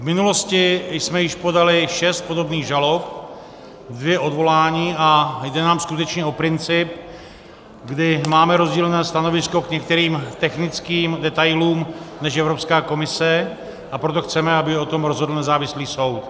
V minulosti jsme již podali šest podobných žalob, dvě odvolání a jde nám skutečně o princip, kdy máme rozdílné stanovisko k některým technickým detailům než Evropská komise, a proto chceme, aby o tom rozhodl nezávislý soud.